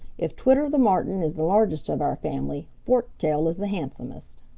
if twitter the martin is the largest of our family, forktail is the handsomest.